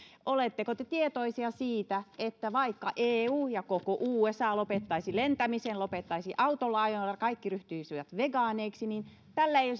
oletteko te tietoisia siitä että vaikka eu ja koko usa lopettaisivat lentämisen lopettaisivat autolla ajon ja kaikki ryhtyisivät vegaaneiksi niin tällä ei ei